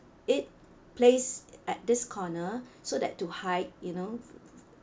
it placed at this corner so that to hide you know